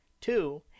Two